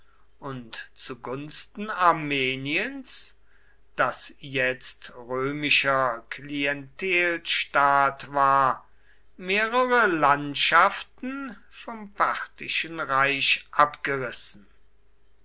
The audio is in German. und zu gunsten armeniens das jetzt römischer klientelstaat war mehrere landschaften vom parthischen reich abgerissen